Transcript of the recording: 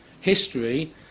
history